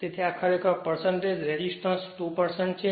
તેથી આ ખરેખર રેસિસ્ટન્સ 2 છે